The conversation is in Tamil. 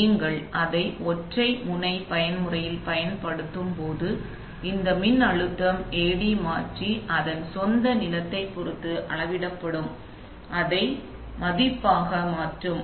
நீங்கள் அதை ஒற்றை முனை பயன்முறையில் பயன்படுத்தும்போது இந்த மின்னழுத்தம் AD மாற்றி அதன் சொந்த நிலத்தைப் பொறுத்து அளவிடப்படும் பின்னர் அதை மதிப்பாக மாற்றும்